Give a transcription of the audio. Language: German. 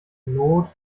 not